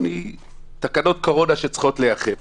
תקנות קורונה שצריכות להיאכף,